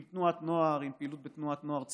עם תנועת נוער, עם פעילות בתנועת נוער ציוני,